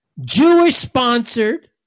Jewish-sponsored